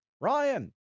Ryan